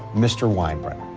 mister white.